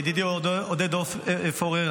ידידי עודד פורר,